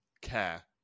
care